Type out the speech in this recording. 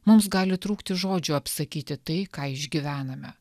mums gali trūkti žodžių apsakyti tai ką išgyvename